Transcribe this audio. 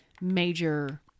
major